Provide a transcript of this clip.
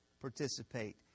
participate